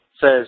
says